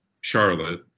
Charlotte